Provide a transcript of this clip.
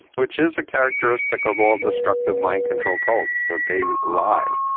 which is a characteristic of all destructive mind control cults that they lie